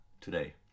today